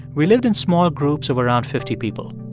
we lived in small groups of around fifty people.